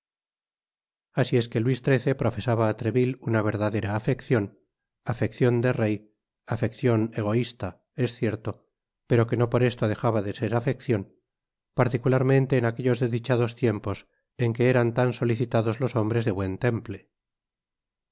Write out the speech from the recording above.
asi es que luis xiii profesaba á treville una verdadera afeccion afeccion de rey afeccion egoista es cierto pero que no por esto dejaba de ser afeccion particularmente en aquellos desdichados tiempos en que eran tan solicitados los hombres de buen temple